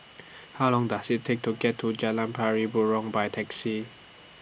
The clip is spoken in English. How Long Does IT Take to get to Jalan Pari Burong By Taxi